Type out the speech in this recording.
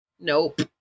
Nope